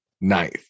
ninth